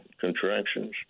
contractions